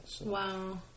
wow